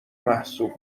محسوب